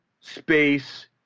space